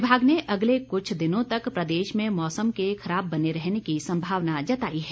विभाग ने अगले कुछ दिनों तक मौसम के खराब बने रहने की संभावना जताई है